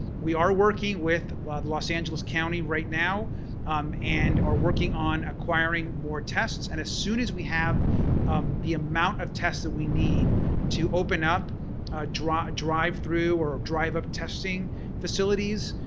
we are working with the los angeles county right now um and are working on acquiring more tests. and as soon as we have the amount of tests that we need to open up drive drive through or drive up testing facilities,